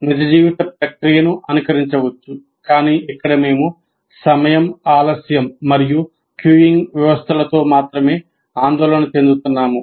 నిజ జీవిత ప్రక్రియను అనుకరించవచ్చు కానీ ఇక్కడ మేము సమయం ఆలస్యం మరియు క్యూయింగ్ వ్యవస్థలతో మాత్రమే ఆందోళన చెందుతున్నాము